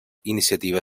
iniciativa